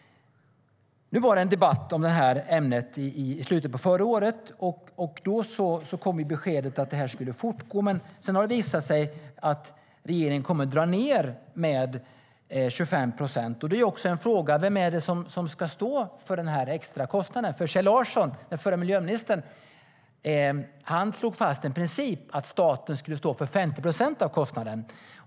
Nu var det en debatt om det här ämnet i slutet av förra året, och då kom beskedet att det skulle fortgå. Sedan har det visat sig att regeringen kommer att dra ned med 25 procent. Då är frågan vem det är som ska stå för den extra kostnaden. Kjell Larsson, den förra miljöministern, slog fast principen att staten skulle stå för 50 procent av kostnaden.